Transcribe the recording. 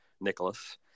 Nicholas